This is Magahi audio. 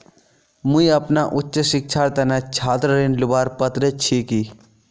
मुई अपना उच्च शिक्षार तने छात्र ऋण लुबार पत्र छि कि?